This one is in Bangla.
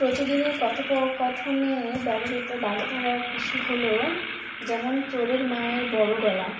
প্রতিদিনের কথোপকথনে ব্যবহৃত বাগধারা কিছু হল যেমন চোরের মায়ের বড়ো গলা